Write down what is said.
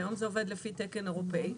והיום זה עובד לפי תקן אירופי,